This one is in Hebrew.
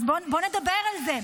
אז בוא נדבר על זה.